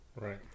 Right